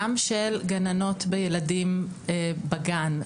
גם של גננות בילדים בגן.